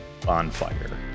bonfire